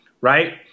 Right